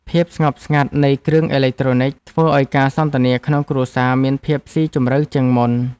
ភាពស្ងប់ស្ងាត់នៃគ្រឿងអេឡិចត្រូនិច ធ្វើឱ្យការសន្ទនាក្នុងគ្រួសារមានភាពស៊ីជម្រៅជាងមុន។